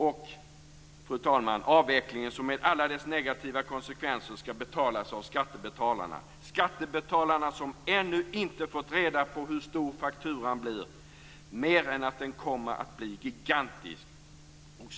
Och, fru talman, avvecklingen med alla dess negativa konsekvenser skall betalas av skattebetalarna - skattebetalarna som ännu inte fått reda på hur stor fakturan blir, mer än att den kommer att bli gigantisk.